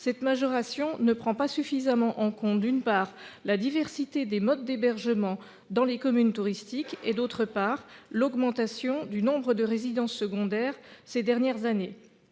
Cette majoration ne prend pas suffisamment en compte, d'une part, la diversité des modes d'hébergement dans les communes touristiques, d'autre part, l'augmentation du nombre de résidences secondaires ces dernières années.